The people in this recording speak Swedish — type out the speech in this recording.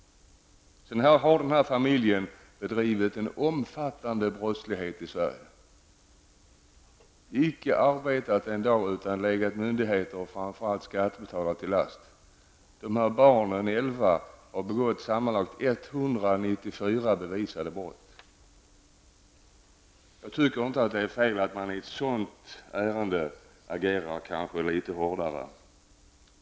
Sedan har den här familjen bedrivit en omfattande brottslig verksamhet i Sverige. De har icke arbetat en dag, utan legat myndigheter och framför allt skattebetalare till last. De elva barnen har begått sammanlagt 194 bevisade brott. Jag tycker inte att det är fel att man i ett sådant ärende agerar något hårdare.